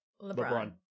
LeBron